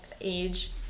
age